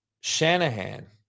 Shanahan